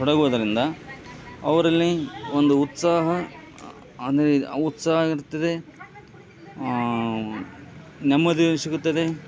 ತೊಡಗುವುದರಿಂದ ಅವರಲ್ಲಿ ಒಂದು ಉತ್ಸಾಹ ಅಂದರೆ ಉತ್ಸಾಹ ಇರುತ್ತದೆ ನೆಮ್ಮದಿ ಸಿಗುತ್ತದೆ